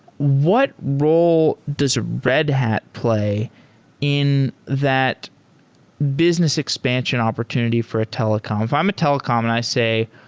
what role does red hat play in that business expansion opportunity for a telecom? if i'm a telecom and i say,